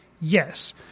Yes